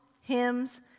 hymns